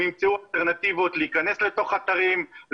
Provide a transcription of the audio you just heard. הם ימצאו אלטרנטיבות להכנס לתוך אתרים,